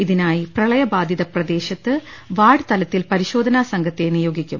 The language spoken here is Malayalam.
ഇതിനായി പ്രളയബാധിത പ്രദേശത്ത് വാർഡ് തലത്തിൽ പരിശോധനാ സംഘത്തെ നിയോഗിക്കും